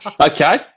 Okay